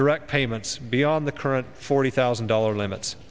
direct payments beyond the current forty thousand dollars limits